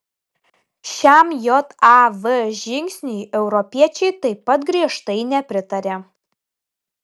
šiam jav žingsniui europiečiai taip pat griežtai nepritarė